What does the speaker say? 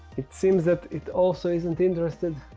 it seems that it also isn't interested.